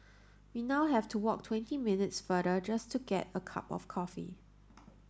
we now have to walk twenty minutes farther just to get a cup of coffee